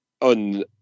on